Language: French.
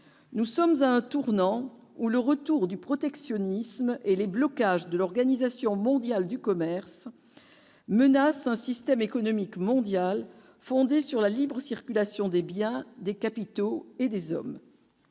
nous sommes à un tournant ou le retour du protectionnisme et les blocages de l'Organisation mondiale du commerce, menace un système économique mondial fondé sur la libre circulation des biens, des capitaux et des hommes,